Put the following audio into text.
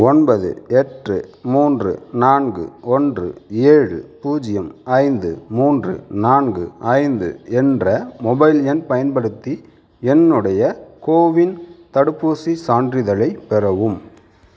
ஒம்பது எட்டு மூன்று நான்கு ஒன்று ஏழு பூஜ்ஜியம் ஐந்து மூன்று நான்கு ஐந்து என்ற மொபைல் எண் பயன்படுத்தி என்னுடைய கோவின் தடுப்பூசிச் சான்றிதழைப் பெறவும்